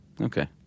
Okay